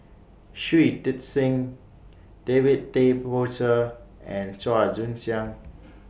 Shui Tit Sing David Tay Poey Cher and Chua Joon Siang